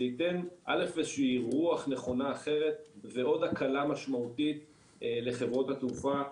זה ייתן א' איזה היא רוח נכונה אחרת ועוד הקלה משמעותית לחברות התעופה.